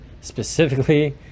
specifically